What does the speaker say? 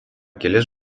kelis